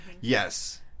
Yes